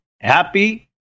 happy